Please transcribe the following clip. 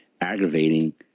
aggravating